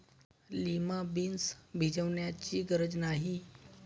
lima beans भिजवण्याची गरज नाही